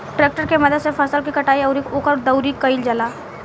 tractor के मदद से फसल के कटाई अउरी ओकर दउरी कईल जाला